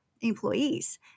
employees